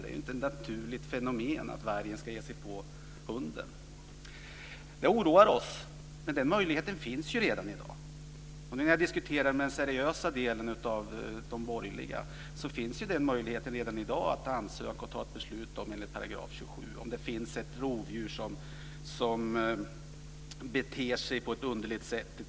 Det är inte ett naturligt fenomen att vargen ger sig på hunden. Det oroar oss. Men det finns ju en möjlighet att lösa detta redan i dag. Nu när jag diskuterar med den seriösa delen av borgerligheten vill jag säga att redan i dag finns möjligheten att ansöka om ett beslut enligt 27 § om det finns ett rovdjur som beter sig på ett underligt sätt.